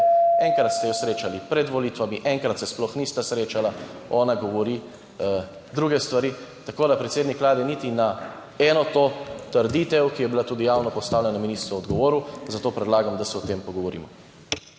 Enkrat ste jo srečali pred volitvami, enkrat se sploh nista srečala, ona govori druge stvari. Predsednik Vlade, niti na eno trditev, ki je bila tudi javno postavljena, mi niste odgovorili, zato predlagam, da se o tem pogovorimo.